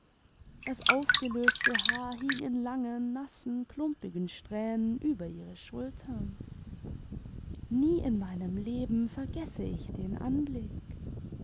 das aufgelöste haar hing in langen nassen klumpigen strähnen über ihre schultern nie in meinem leben vergesse ich den anblick